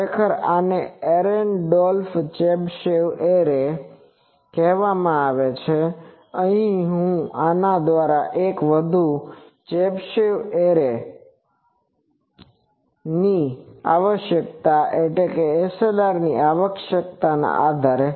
ખરેખર આ એરેને ડોલ્ફ ચેબીશેવ એરે કહેવામાં આવે છે અહીં હું આનાથી વધુ એક ચોક્કસ મુદ્દા પર જઈશ સાઈડ લોબ લેવલ ની આવશ્યકતા એસએલઆર આવશ્યકતાના આધારે